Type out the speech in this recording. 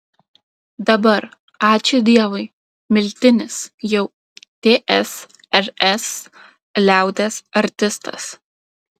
dabar ačiū dievui miltinis jau tsrs liaudies artistas